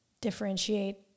differentiate